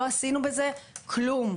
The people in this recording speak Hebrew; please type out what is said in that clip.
לא עשינו בזה כלום.